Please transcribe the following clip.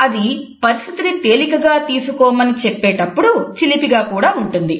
అది పరిస్థితిని తేలికగా తీసుకోమని చెప్పేటప్పుడు చిలిపిగా కూడా ఉంటుంది